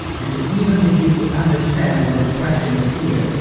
and to even begin to understand what the question is here,